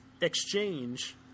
exchange